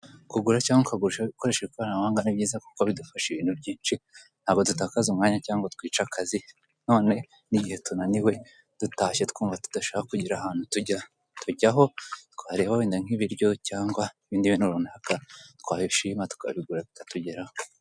Kugura cyangwa ukagurisha ukoresheje ikoranabuhanga ni byiza kuko bidufasha ibintu byinshi, ntabwo dutakaza umwanya cyangwa ngo twice akazi none n'igihe tunaniwe dutashye twumva tudashaka kugira ahantu tujya, tujyaho twareba wenda nk'ibiryo cyangwa ibindi bintu runaka twabishima tukabigura bikatugeraho.